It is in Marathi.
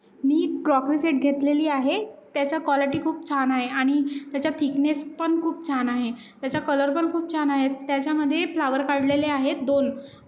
मी क्रॉकरी सेट घेतलेली आहे त्याचा क्वालिटी खूप छान आहे आणि त्याचा थिकनेसपण खूप छान आहे त्याचा कलरपण खूप छान आहे त्याच्यामध्ये फ्लावर काढलेले आहेत दोन